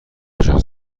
دوچرخه